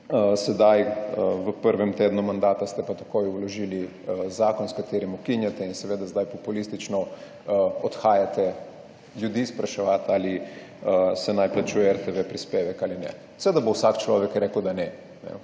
Sedaj, v prvem tednu mandata ste pa takoj vložili zakon, s katerim ukinjate in seveda zdaj populistično odhajate ljudi spraševati, ali se naj plačuje RTV prispevek ali ne. Seveda bo vsak človek rekel, da ne.